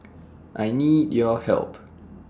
I need your help